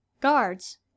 Guards